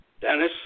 Dennis